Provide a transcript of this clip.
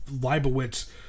Leibowitz